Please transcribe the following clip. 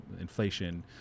inflation